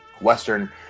Western